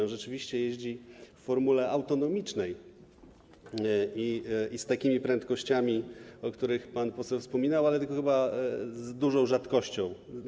On rzeczywiście jeździ w formule autonomicznej i z takimi prędkościami, o których pan poseł wspominał, ale to chyba rzadko.